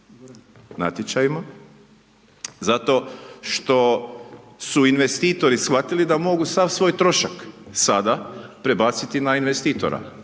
zato što su investitori shvatili da mogu sav svoj trošak sada prebaciti na investitora.